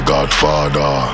Godfather